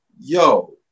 yo